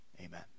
Amen